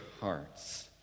hearts